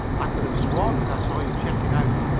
i could have sworn that i saw you checking out.